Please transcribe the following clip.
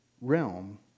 realm